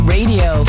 Radio